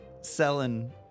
selling